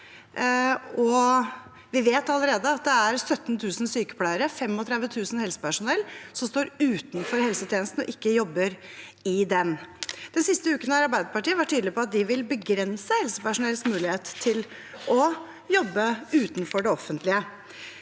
vi vet allerede at det er 17 000 sykepleiere og 35 000 helsepersonell som står utenfor og ikke jobber i helsetjenesten. Den siste uken har Arbeiderpartiet vært tydelig på at de vil begrense helsepersonells mulighet til å jobbe utenfor det offentlige.